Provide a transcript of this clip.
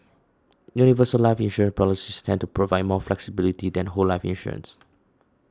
universal life insurance policies tend to provide more flexibility than whole life insurance